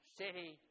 city